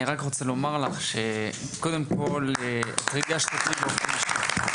אני רק רוצה לומר לך שקודם כל ריגשת אותי באופן אישי.